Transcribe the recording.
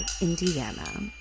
Indiana